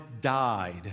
died